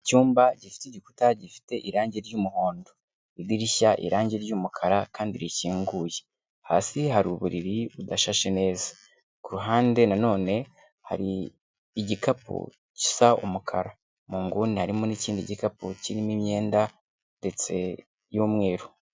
Icyumba gifite igikuta gifite irangi ry'umuhondo. Idirishya irangi ry'umukara kandi rikinguye. Hasi hari uburiri budashashe neza. Ku ruhande na none hari igikapu gisa umukara. Mu nguni harimo n'ikindi gikapu kirimo imyenda ndetse y'umweru.